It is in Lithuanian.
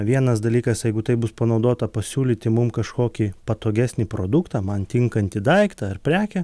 vienas dalykas jeigu tai bus panaudota pasiūlyti mum kažkokį patogesnį produktą man tinkantį daiktą ar prekę